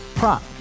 Prop